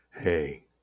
hey